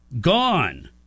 gone